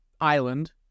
island